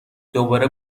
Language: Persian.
دوباره